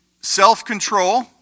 self-control